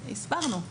הסברנו.